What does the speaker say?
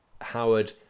Howard